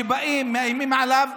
שבאים ומאיימים עליו,